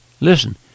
Listen